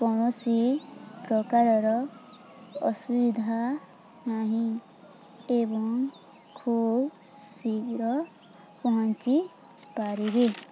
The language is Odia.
କୌଣସି ପ୍ରକାରର ଅସୁବିଧା ନାହିଁ ଏବଂ ଖୁବ ଶୀଘ୍ର ପହଞ୍ଚି ପାରିବେ